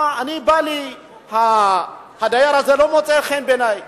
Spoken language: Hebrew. שמע, הדייר הזה לא מוצא חן בעיני.